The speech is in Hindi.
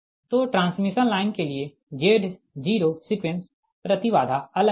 तो ट्रांसमिशन लाइन के लिए Z0 सीक्वेंस प्रति बाधा अलग है